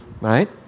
right